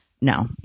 no